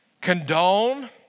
condone